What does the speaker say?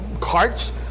carts